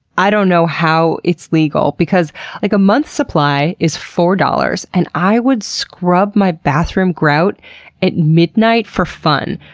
i don't know how it's legal because like a month supply is four dollars and i would scrub my bathroom grout at midnight for fun.